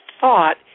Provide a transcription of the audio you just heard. thought